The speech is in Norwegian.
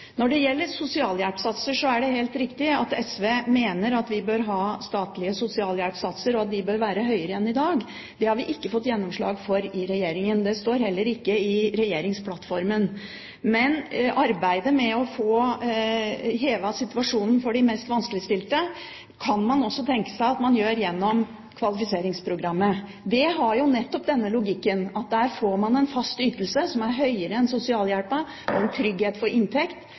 Når det gjelder sosialhjelpssatser, er det helt riktig at SV mener at vi bør ha statlige sosialhjelpssatser, og at de bør være høyere enn i dag. Det har vi ikke fått gjennomslag for i regjeringen. Det står heller ikke i regjeringsplattformen. Men arbeidet med å få bedret situasjonen for de mest vanskeligstilte kan man også tenke seg at man gjør gjennom kvalifiseringsprogrammet. Det har jo nettopp denne logikken at man får en fast ytelse som er høyere enn sosialhjelpen, og en trygghet for inntekt.